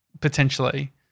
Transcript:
potentially